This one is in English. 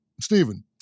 Stephen